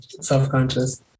Self-conscious